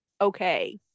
okay